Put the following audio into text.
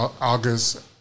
August